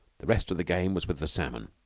the rest of the game was with the salmon.